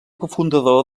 cofundador